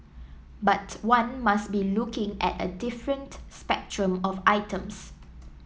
but one must be looking at a different spectrum of items